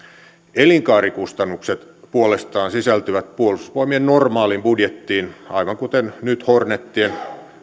elinkaarikustannukset puolestaan sisältyvät puolustusvoimien normaaliin budjettiin aivan kuten hornetien